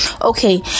okay